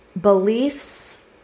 Beliefs